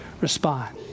respond